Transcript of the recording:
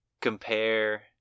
compare